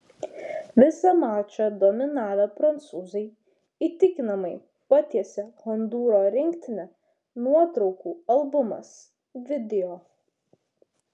visą mačą dominavę prancūzai įtikinamai patiesė hondūro rinktinę nuotraukų albumas video